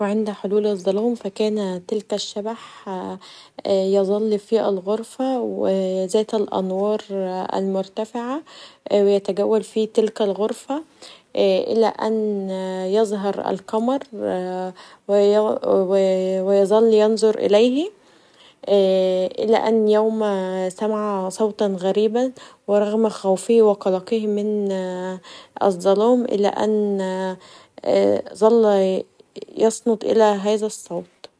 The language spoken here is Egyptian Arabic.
عند حلول الظلام فكان تلك الشبح يظل ف الغرفه ذات الانوار المرتفعه و يتجول في تلك الغرفه الي ان يظهر القمر و يظل ينظر اليه الي ان يوما سمع صوتا غريبا و رغم خوفه و قلقه من الظلام الي ان ظل ينصت الي هذا الصوت.